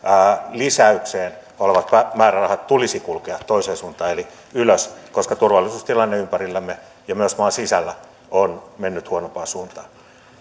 lisäyksen määrärahojen tulisi kulkea toiseen suuntaan eli ylös koska turvallisuustilanne ympärillämme ja myös maan sisällä on mennyt huonompaan suuntaan